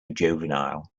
juvenile